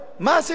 מדוע?